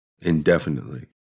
indefinitely